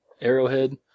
Arrowhead